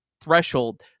threshold